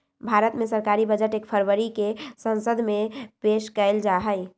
भारत मे सरकारी बजट एक फरवरी के संसद मे पेश कइल जाहई